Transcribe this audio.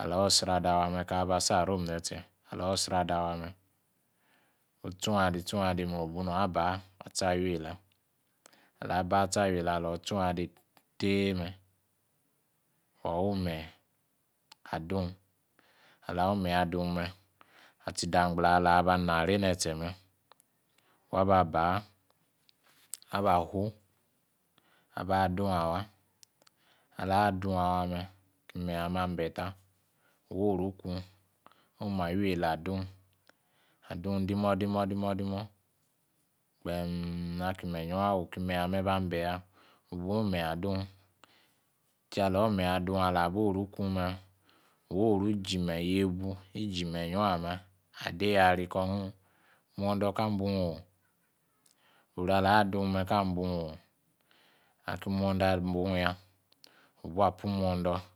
Alor sradawa me aka aba si arom ne tse, alor sradawa me, wu tsunde tsunde me, wubu hang aba ba atsi ava yela. Ala ba tsi awi yela, alung its ung ade tei me, wa war i menys adyng. Ala wu inenyi adung me wawy imany, adung me, atsi ndangbala alaba na ke hetche me wa ba baa abafu aba dung ala dung awa me, aki menyi ume abesta, wa woru ikun oma wi yela adung dimor demordimor, kpee'm aki'menyiong awu Aki imenyi ame ba ang be' ya' wu buiwu imenji adung. Kiye ala aba wi'meyi adung alaba woru kung me, wuji' mengi yeibu, wu ji'menyi ong ame ade yari Kor gung ni imondor Kaa ambung o! oru ala dung me; kaa ambung o! aki'modor abung ya